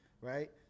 right